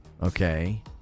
Okay